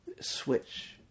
switch